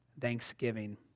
thanksgiving